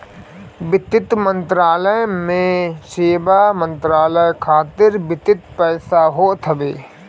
वित्त मंत्रालय में सब मंत्रालय खातिर वित्त पास होत हवे